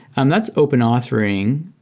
and that's open authoring,